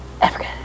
Africa